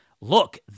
look